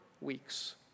weeks